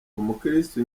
umukristu